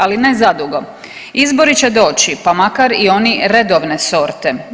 Ali ne zadugo, izbori će doći pa makar oni redovne sorte.